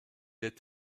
est